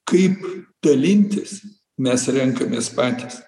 kaip dalintis mes renkamės patys